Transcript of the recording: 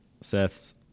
Seth's